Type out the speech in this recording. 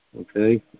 okay